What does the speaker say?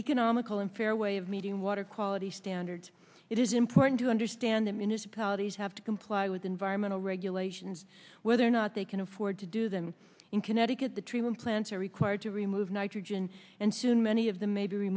economical and fair way of meeting water quality standards it is important to understand that municipalities have to comply with environmental regulations whether or not they can afford to do them in connecticut the treatment plants are required to remove nitrogen and soon many of them may be